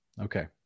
Okay